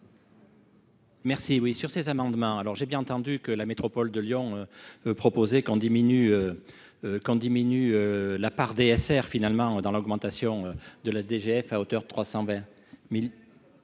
Merci oui sur ces amendements, alors j'ai bien entendu que la métropole de Lyon proposez qu'on diminue quand diminue la part DSR finalement dans l'augmentation de la DGF à hauteur de 320000